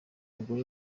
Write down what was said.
bagore